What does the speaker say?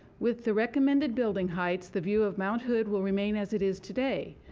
with the recommended building heights the view of mount hood will remain as it is today.